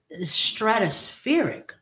stratospheric